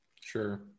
Sure